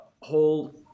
whole